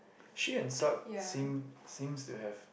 she and Sat seem seems to have